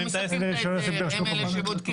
אפשר להוריד.